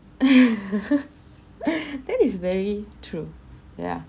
that is very true yeah